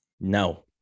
No